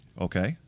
Okay